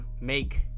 make